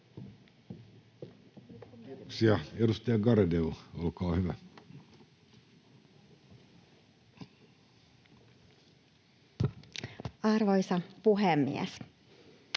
edustaja Lindén, olkaa hyvä. Arvoisa puhemies!